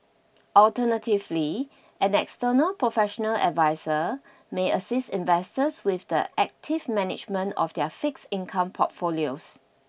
alternatively an external professional adviser may assist investors with the active management of their fixed income portfolios